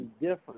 different